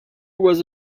was